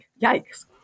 yikes